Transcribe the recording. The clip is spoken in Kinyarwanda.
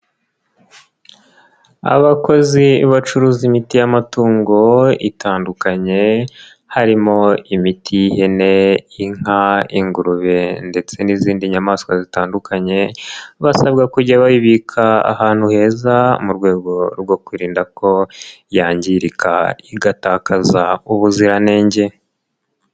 Abakozi bacuruza imiti y'amatungo itandukanye harimo imiti y'ihene, inka, ingurube, ndetse n'izindi nyamaswa zitandukanye basabwa kujya bayibika ahantu heza mu rwego rwo kwirinda ko yangirika igatakaza ubuziranenge.